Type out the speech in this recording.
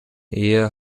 ehe